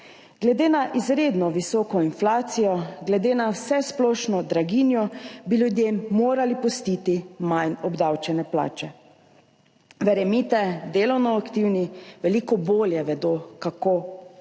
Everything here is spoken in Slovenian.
Glede na izredno visoko inflacijo, glede na vsesplošno draginjo bi ljudem morali pustiti manj obdavčene plače. Verjemite, delovno aktivni veliko bolje vedo, kako in